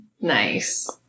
Nice